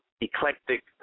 eclectic